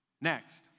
Next